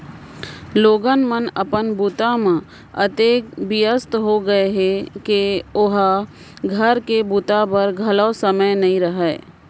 लोगन मन अपन बूता म अतेक बियस्त हो गय हें के ओला घर के बूता बर घलौ समे नइ रहय